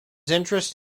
interest